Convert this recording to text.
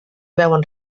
veuen